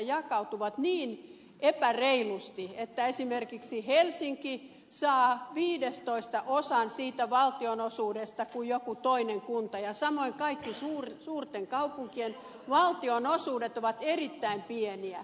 valtionosuudethan jakautuvat niin epäreilusti että esimerkiksi helsinki saa viidestoistaosan siitä valtionosuudesta minkä saa joku toinen kunta ja samoin kaikkien suurten kaupunkien valtionosuudet ovat erittäin pieniä